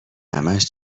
همش